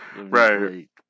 Right